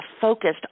focused